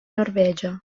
norvegia